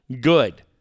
good